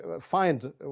find